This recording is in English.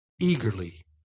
eagerly